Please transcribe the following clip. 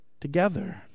together